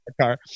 car